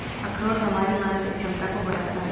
अखरोट हमारी मानसिक क्षमता को बढ़ाता है